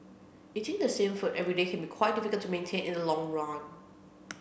eating the same food every day can be quite difficult to maintain in long run